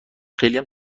خیلی